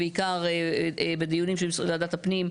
בעיקר בדיונים של וועדת הפנים,